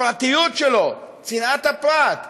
הפרטיות שלו, צנעת הפרט,